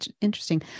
interesting